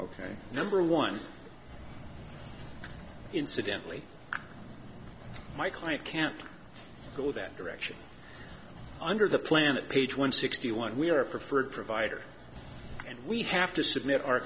ok number one incidentally my client can't go that direction under the plan at page one sixty one we are a preferred provider and we have to submit